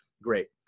Great